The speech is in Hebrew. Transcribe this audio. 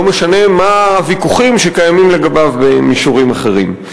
לא משנה מה הוויכוחים שקיימים לגביו במישורים אחרים.